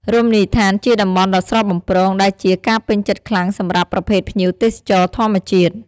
រមណីយដ្ឋានជាតំបន់ដ៏ស្រស់បំព្រង ដែលជាការពេញចិត្តខ្លាំងសម្រាប់ប្រភេទភ្ញៀវទេសចរធម្មជាតិ។